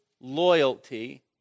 loyalty